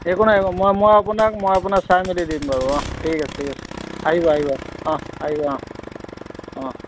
একো নাই ম মই আপোনাক মই আপোনাক চাই মেলি দিম বাৰু অহ ঠিক আছে ঠিক আছে আহিব আহিব অহ আহিব অ অহ